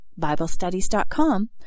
BibleStudies.com